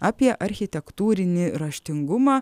apie architektūrinį raštingumą